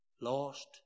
lost